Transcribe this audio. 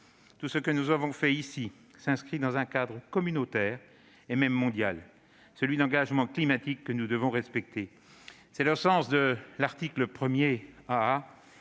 Tout ce que nous avons fait ici s'inscrit dans un cadre communautaire, et même mondial, celui d'engagements climatiques que nous devons respecter. Tel est le sens de l'article 1 AA,